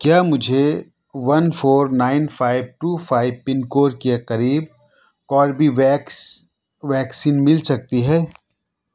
کیا مجھے one four nine five two five pin code کے قریب کوربیویکس ویکسین مل سکتی ہے